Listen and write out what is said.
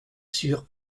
sur